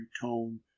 tone